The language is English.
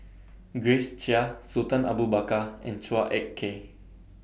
Grace Chia Sultan Abu Bakar and Chua Ek Kay